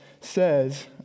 says